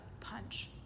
punch